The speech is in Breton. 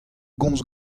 gomz